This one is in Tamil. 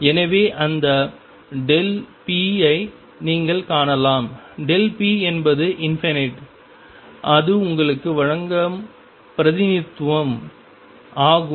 எனவே அந்த p ஐ நீங்கள் காணலாம் p என்பது இது உங்களுக்கு வழங்கும் பிரதிநிதித்துவம் ஆகும்